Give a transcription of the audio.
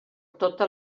tota